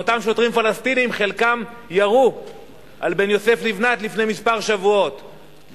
אותם שוטרים פלסטינים שחלקם ירו על בן יוסף לבנת לפני שבועות מספר,